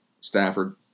Stafford